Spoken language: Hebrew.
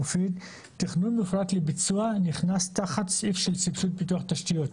מופיד תכנון מפורט לביצוע נכנס תחת סעיף של סבסוד פיתוח תשתיות.